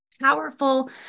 powerful